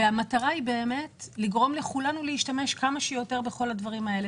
המטרה היא לגרום לכולם להשתמש כמה שיותר בכל הדברים האלה.